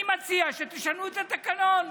אני מציע שתשנו את התקנון,